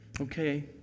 Okay